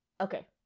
Okay